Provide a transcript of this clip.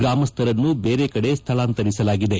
ಗ್ರಾಮಸ್ಥರನ್ನು ಬೇರೆ ಕಡೆ ಸ್ಥಳಾಂತರಿಸಲಾಗಿದೆ